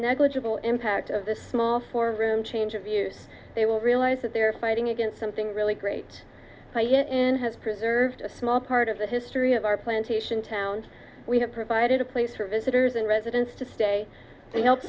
negligible impact of this small four room change of yours they will realize that they are fighting against something really great play it in has preserved a small part of the history of our plantation town we have provided a place for visitors and residents to stay and help